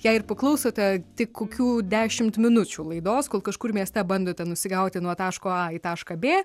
jei ir paklausote tik kokių dešimt minučių laidos kol kažkur mieste bandote nusigauti nuo taško a į tašką b